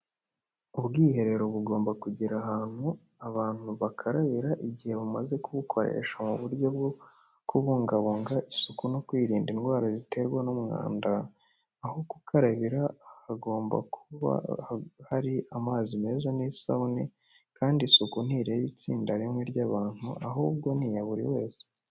Ubwiherero bugomba kugira ahantu abantu bakarabira igihe bamaze kubukoresha, mu buryo bwo kubungabunga isuku no kwirinda indwara ziterwa n'umwanda, aho gukarabira hagomba kuba hari amazi meza n'isabune, kandi isuku ntireba itsinda rimwe ry'abantu ahubwo ni iya buri wese.